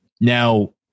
Now